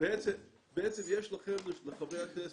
בעצם יש לכם, לחברי הכנסת,